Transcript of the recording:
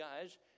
guys